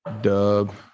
Dub